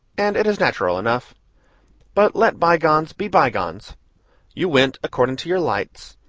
and it is natural enough but let bygones be bygones you went according to your lights,